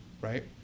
right